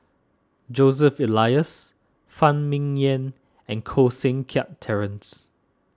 Joseph Elias Phan Ming Yen and Koh Seng Kiat Terence